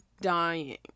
dying